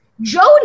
Jody